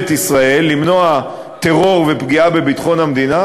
ישראל למנוע טרור ופגיעה בביטחון ישראל,